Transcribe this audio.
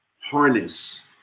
harness